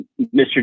Mr